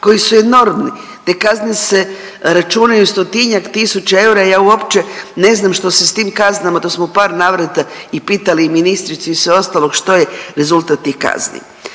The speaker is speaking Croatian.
koji su enormni. Te kazne se računaju stotinjak tisuća eura. Ja uopće ne znam što se s tim kaznama, to smo u par navrata i pitali ministricu i sve ostalo što je rezultat tih kazni.